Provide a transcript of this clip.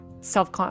self